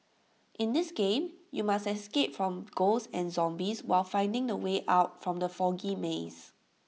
in this game you must escape from ghosts and zombies while finding the way out from the foggy maze